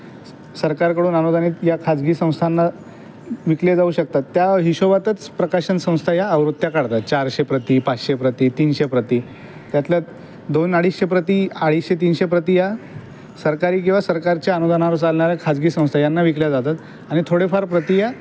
स सरकारकडून अनुदानित या खाजगी संस्थांना विकल्या जाऊ शकतात त्या हिशोबातच प्रकाशन संस्था या आवृत्त्या काढतात चारशे प्रती पाचशे प्रती तीनशे प्रती त्यातल्या दोन अडीचशे प्रती अडीचशे तीनशे प्रती या सरकारी किंवा सरकारच्या अनुदानावर चालणाऱ्या खाजगी संस्था यांना विकल्या जातात आणि थोड्याफार प्रती या